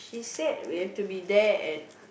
it's said we have to be there at